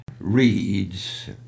reads